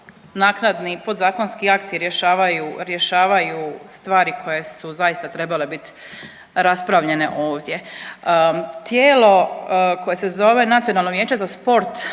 naknadni podzakonski akti rješavaju, rješavaju stvari koje su zaista trebale biti raspravljene ovdje. Tijelo koje se zove Nacionalno vijeće za sport